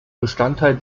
bestandteil